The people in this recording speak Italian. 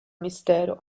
mistero